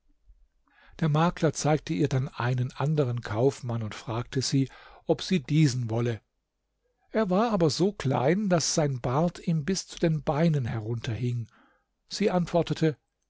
der makler zeigte ihr dann einen anderen kaufmann und fragte sie ob sie diesen wolle er war aber so klein daß sein bart ihm bis zu den beinen herunter hing sie antwortete